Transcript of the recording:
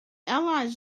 allies